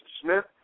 Smith